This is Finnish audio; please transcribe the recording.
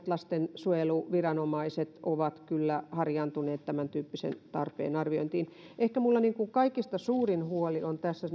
lastensuojeluviranomaiset ovat kyllä harjaantuneet tämäntyyppisen tarpeen arviointiin ehkä minulla kaikista suurin huoli on tässä